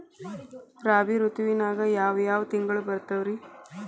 ರಾಬಿ ಋತುವಿನಾಗ ಯಾವ್ ಯಾವ್ ತಿಂಗಳು ಬರ್ತಾವ್ ರೇ?